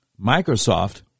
Microsoft